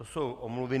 To jsou omluvy.